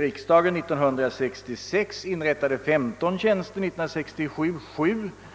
riksdagen 1966 inrättade femton tjänster och 1967 sju tjänster som gymnasieinspektör.